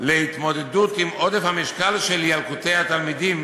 להתמודדות עם עודף המשקל של ילקוטי התלמידים,